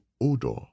odor